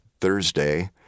Thursday